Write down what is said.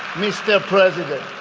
mr. president,